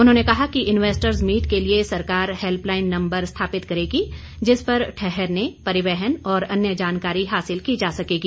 उन्होंने कहा कि इन्वेस्ट्स मीट के लिए सरकार हेल्पलाइन नम्बर स्थापित करेगी जिस पर ठहरने परिवहन और अन्य जानकारी हासिल की जा सकेंगी